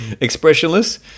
expressionless